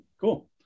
cool